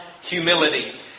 humility